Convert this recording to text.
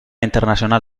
internacional